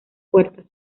puertas